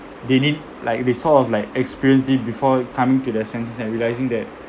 they need like they sort of like experience it before coming to their senses and realizing that